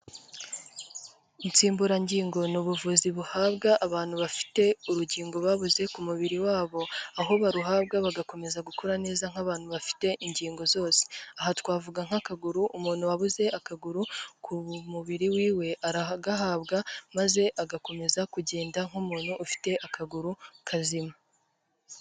Insimburangingo ni ubuvuzi buhabwa abantu bafite urugingo babuze ku mubiri wabo, aho baruhabwa bagakomeza gukora neza nk'abantu bafite ingingo zose, aha twavuga nk'akaguru, umuntu wabuze akaguru ku mubiri wiwe, aragahabwa maze agakomeza kugenda nk'umuntu ufite akaguru kazima.